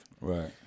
Right